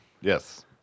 Yes